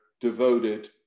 devoted